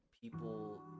people